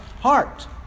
heart